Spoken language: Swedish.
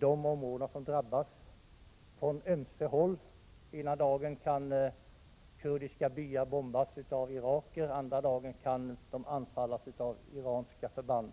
De områdena drabbas från ömse håll. Ena dagen kan kurdiska byar bombas av irakier, andra dagen kan de anfallas av iranska förband.